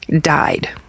died